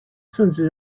甚至